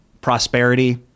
prosperity